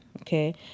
Okay